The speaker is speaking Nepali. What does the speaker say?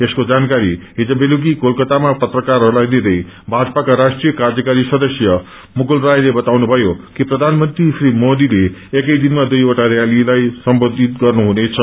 यसको जानकारी हिज बेलुकी कोलकातामा पत्रकारहरूलाई दिदै भाजपाको राष्ट्रिय कार्यकारी सदस्य मुकुल रायले बताउनुभयो कि प्रधानमन्त्री श्री मोदीले एकै दिनमा दुइवटा च्यालीहरूलाई सम्बोधित गर्नुहुनेछ